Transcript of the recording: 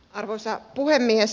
arvoisa puhemies